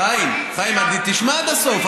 חיים, תשמע עד הסוף.